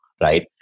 right